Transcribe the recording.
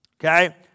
Okay